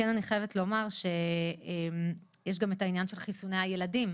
אני כן חייבת לומר שיש גם את העניין של חיסוני הילדים,